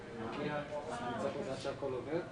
המשמעות היא על חשבון דברים אחרים,